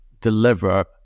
deliver